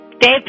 Dave